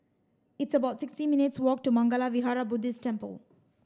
it's about sixty minutes' walk to Mangala Vihara Buddhist Temple